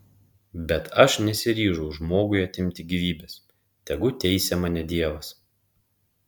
bet aš nesiryžau žmogui atimti gyvybės tegu teisia mane dievas